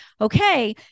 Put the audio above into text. okay